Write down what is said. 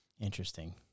Interesting